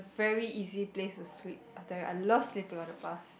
very easy place to sleep I tell you I love sleeping on the bus